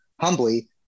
humbly